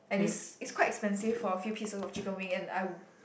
and it's it's quite expensive for a few pieces of chicken wing and I